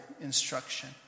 instruction